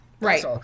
Right